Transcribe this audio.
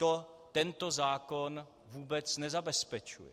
To tento zákon vůbec nezabezpečuje.